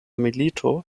milito